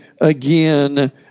again